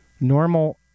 normal